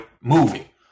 movie